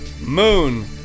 moon